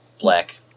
black